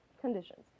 conditions